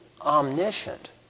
omniscient